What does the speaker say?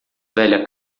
velha